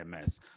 MS